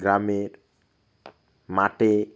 গ্রামের মাঠে